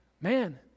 man